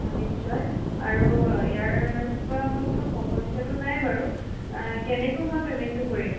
নিশ্চয় আৰু ইয়াৰ পৰা মই কোনো সমস্যাটো নাই বাৰু কেনেকৈ মই পেমেণ্টটো কৰিম